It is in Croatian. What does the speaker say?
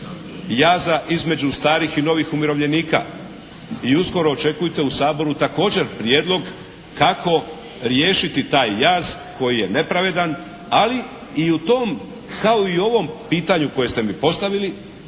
jaza između starih i novih umirovljenika. I uskoro očekujte u Saboru također prijedlog kako riješiti taj jaz koji je nepravedan ali i u tom kao i u ovom pitanju koje ste mi postavili